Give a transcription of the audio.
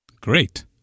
Great